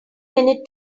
minute